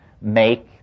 make